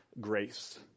grace